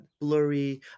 Blurry